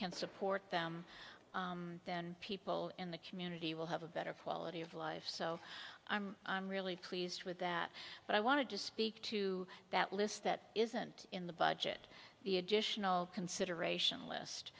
can support them then people in the community will have a better quality of life so i'm really pleased with that but i wanted to speak to that list that isn't in the budget the additional consideration list